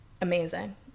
Amazing